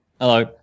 Hello